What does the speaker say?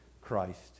Christ